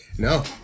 No